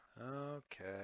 Okay